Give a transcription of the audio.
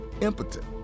impotent